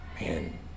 man